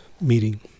meeting